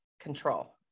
control